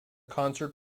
concert